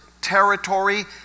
territory